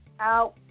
out